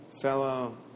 fellow